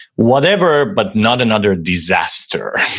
whatever, but not another disaster.